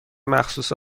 مخصوص